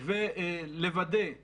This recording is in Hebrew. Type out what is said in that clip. אני מבקש לחדד, מבחינתי,